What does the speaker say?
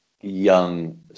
young